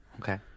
okay